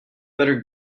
better